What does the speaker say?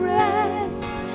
rest